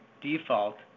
default